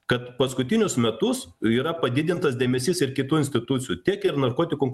kad paskutinius metus yra padidintas dėmesys ir kitų institucijų tiek ir narkotikų